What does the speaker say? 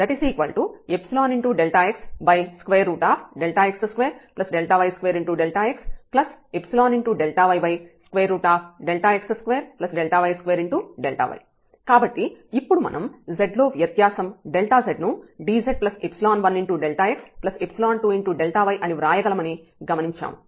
Δxx2y2xΔyx2y2y కాబట్టి ఇప్పుడు మనం z లో వ్యత్యాసం Δz ను dz1Δx2Δy అని వ్రాయగలమని గమనించాము